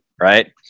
right